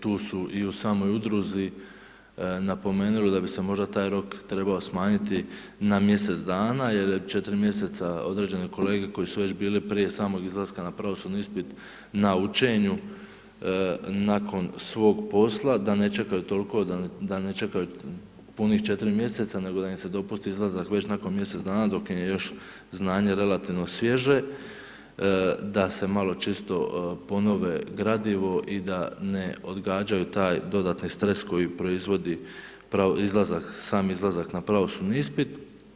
Tu su i u samoj udruzi napomenuli da bi se taj rok trebao smanjiti na mjesec dana jer je 4 mjesec, određene kolege koje su već bile prije samog izlaska na pravosudni ispit na učenju, nakon svog posla, da ne čekaju toliko da, da ne čekaju punih 4 mj., nego da im se dopusti izlazak već nakon mjesec dana dok je još znanje relativno sviježe, da se malo čisto ponove gradivo i da ne odgađaju taj dodatni stres koji proizvodi izlazak, sam izlazak na pravosudni ispit.